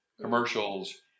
commercials